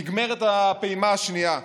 נגמרת הפעימה השנייה.